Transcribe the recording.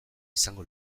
izango